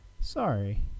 Sorry